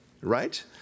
right